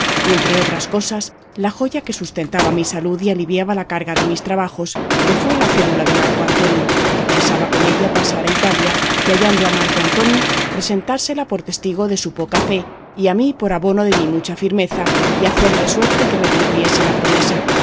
y entre otras cosas la joya que sustentaba mi salud y aliviaba la carga de mis trabajos que fue la cédula de marco antonio que pensaba con ella pasar a italia y hallando a marco antonio presentársela por testigo de su poca fe y a mí por abono de mi mucha firmeza y hacer de suerte que me cumpliese la promesa